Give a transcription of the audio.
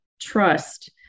trust